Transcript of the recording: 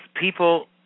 people